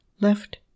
left